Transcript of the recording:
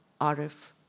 Arif